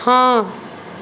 हाँ